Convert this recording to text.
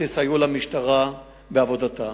תסייעו למשטרה בעבודתה.